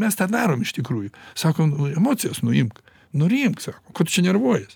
mes tą darom iš tikrųjų sakom emocijas nuimk nurimk sako ko tu čia nervuojies